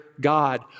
God